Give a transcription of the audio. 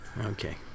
Okay